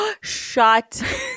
Shut